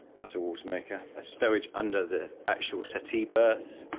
plus a water maker, stowage under the actual settee berths,